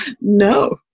No